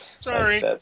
Sorry